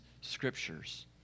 scriptures